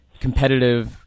competitive